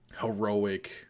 heroic